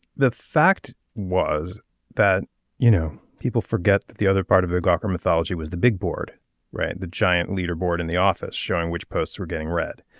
the fact was that you know people forget that the other part of the gawker mythology was the big board right. the giant leader board in the office showing which posts were getting read